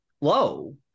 low